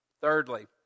Thirdly